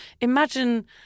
imagine